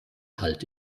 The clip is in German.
halt